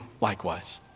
likewise